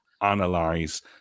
analyze